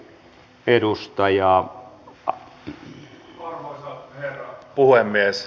arvoisa herra puhemies